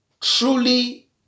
truly